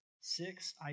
Six